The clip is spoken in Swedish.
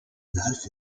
därför